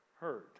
heard